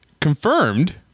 Confirmed